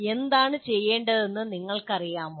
എന്താണ് ചെയ്യേണ്ടതെന്ന് നിങ്ങൾക്കറിയാമോ